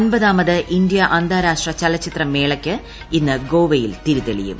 അൻപതാമത് India അന്താരാഷ്ട്ര ചലച്ചിത്ര മേളയ്ക്ക് ഇന്ന് ഗോവയിൽ തിരി തെളിയും